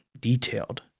detailed